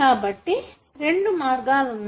కాబట్టి రెండు మార్గాలున్నాయి